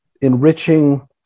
enriching